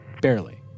barely